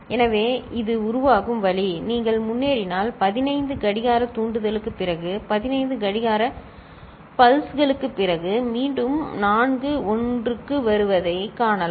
எனவே இது உருவாகும் வழி நீங்கள் முன்னேறினால் 15 கடிகார தூண்டுதலுக்குப் பிறகு 15 கடிகார பல்ஸ்களுக்கு பிறகு மீண்டும் நான்கு 1க்கு வருவதை காணலாம்